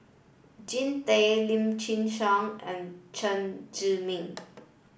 Jean Tay Lim Chin Siong and Chen Zhiming